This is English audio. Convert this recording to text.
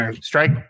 Strike